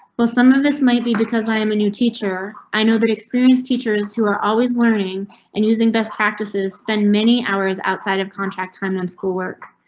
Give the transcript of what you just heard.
for some of this might be because i am a new teacher. i know that experienced teachers who are always learning and using best practices than many hours outside of contract. i'm done school work.